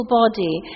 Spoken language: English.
body